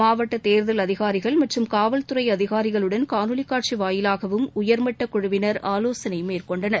மாவட்ட தேர்தல் அதிகாரிகள் மற்றும் காவல்துறை அதிகாரிகளுடன் காணொலி காட்சி வாயிலாகவும் உயர்மட்டக் குழுவினர் ஆலோசனை மேற்கொண்டனர்